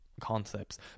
concepts